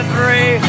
three